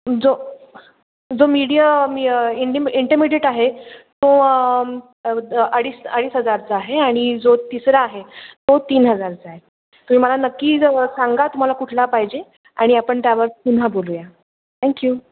जो जो मीडियम इंडिम इंटरमिडियट आहे तो अडीच अडीच हजाराचा आहे आणि जो तिसरा आहे तो तीन हजारचा आहे तुम्ही मला नक्की सांगा तुम्हाला कुठला पाहिजे आणि आपण त्यावर पुन्हा बोलूया थँक्यू